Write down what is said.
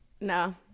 No